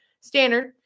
Standard